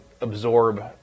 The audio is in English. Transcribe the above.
absorb